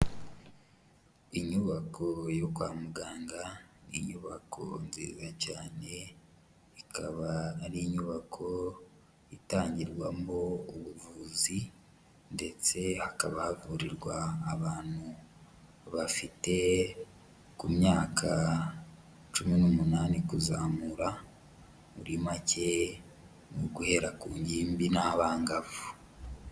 Inyubako yo kwa muganga inyubako nziza cyane, ikaba ari inyubako itangirwamo ubuvuzi ndetse hakaba havurirwa abantu bafite ku myaka cumi n'umunani kuzamura, muri make ni uguhera ku ngimbi n'abangavu.